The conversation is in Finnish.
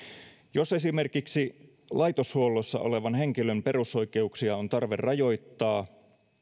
jos esimerkiksi laitoshuollossa olevan henkilön perusoikeuksia on tarve rajoittaa